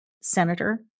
senator